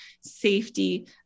safety